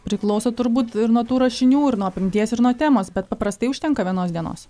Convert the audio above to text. priklauso turbūt ir nuo tų rašinių ir nuo apimties ir nuo temos bet paprastai užtenka vienos dienos